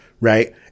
right